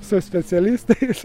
su specialistais